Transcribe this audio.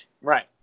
Right